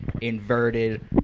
inverted